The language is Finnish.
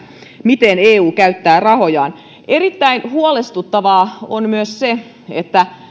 miten eu käyttää rahojaan erittäin huolestuttavaa on myös se että